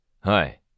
Hi